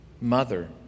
mother